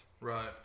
right